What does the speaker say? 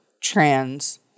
trans